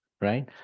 right